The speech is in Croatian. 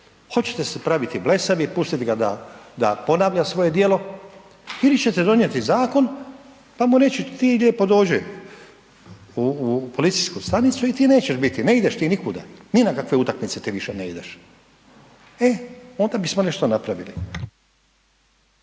hoćete se praviti blesavi i pustit ga da, da ponavlja svoje djelo ili ćete donijeti zakon pa mu reći ti lijepo dođi u, u policijsku stanicu i ti nećeš biti, ne ideš ti nikuda, ni na kakve utakmice ti više ne ideš, e onda bismo nešto napravili.